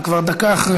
כבר דקה אחרי.